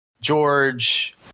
George